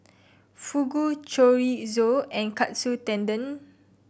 Fugu Chorizo and Katsu Tendon